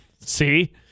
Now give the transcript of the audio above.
See